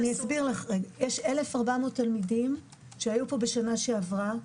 יש 1,400 תלמידים שהיו בשנה שעברה,